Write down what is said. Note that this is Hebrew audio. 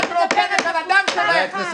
את רוקדת על הדם שלהן.